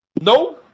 No